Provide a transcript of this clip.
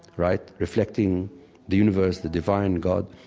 right? reflecting the universe, the divine god.